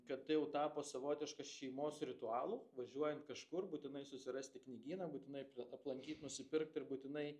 kad tai jau tapo savotiškas šeimos ritualų važiuojant kažkur būtinai susirasti knygyną būtinai aplankyt nusipirkt ir būtinai